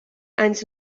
anys